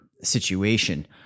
situation